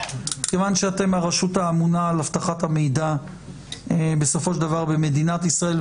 כיוון שאתם הרשות האמונה על אבטחת המידע בסופו של דבר במדינת ישראל,